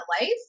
life